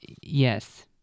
Yes